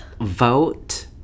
Vote